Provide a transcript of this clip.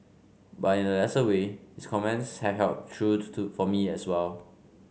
but in a lesser way his comments have held true to to for me as well